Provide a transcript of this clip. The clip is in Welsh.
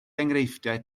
enghreifftiau